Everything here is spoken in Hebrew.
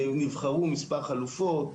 נבחרו מספר חלופות,